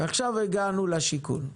ועכשיו הגענו לשיכון.